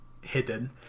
hidden